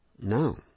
No